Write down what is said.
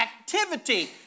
activity